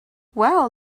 wow